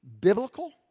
Biblical